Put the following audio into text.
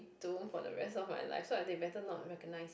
do for the rest of my life so I they better not recognise